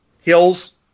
hills